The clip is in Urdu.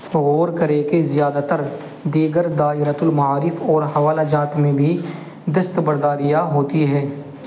غور کریں کہ زیادہ تر دیگر دائرۃ المعارف اور حوالہ جات میں بھی دستبرداریاں ہوتی ہیں